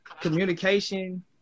communication